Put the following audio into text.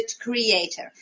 creator